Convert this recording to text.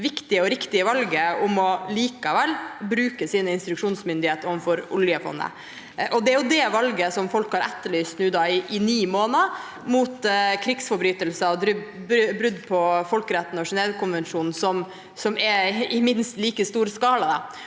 viktige og riktige valget om likevel å bruke sin instruksjonsmyndighet overfor oljefondet. Det er det valget folk har etterlyst i ni måneder overfor krigsforbrytelser og brudd på folkeretten og Genèvekonvensjonene, som skjer i minst like stor skala.